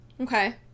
Okay